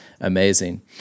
amazing